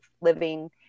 living